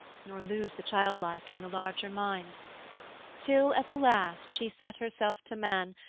nor lose the childlike in the larger mind till at the last she set herself to man,